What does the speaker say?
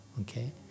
okay